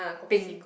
peng